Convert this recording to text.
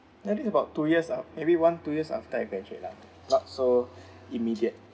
maybe about two years ah maybe one two years after I graduate lah not so immediate